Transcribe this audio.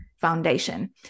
foundation